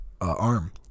arm